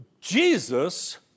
Jesus